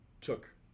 took